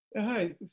hi